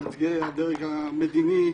מייצגי הדרג המדיני,